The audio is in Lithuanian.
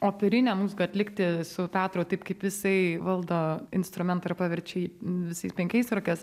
operinę muziką atlikti su petru taip kaip jisai valdo instrumentą ir paverčia jį visais penkiais ar kas